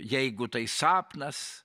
jeigu tai sapnas